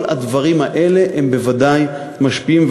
כל הדברים האלה בוודאי משפיעים.